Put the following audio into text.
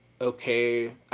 okay